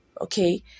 Okay